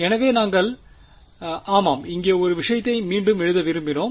எனவே நாங்கள் ஆமாம் இங்கே ஒரு விஷயத்தை மீண்டும் எழுத விரும்பினோம்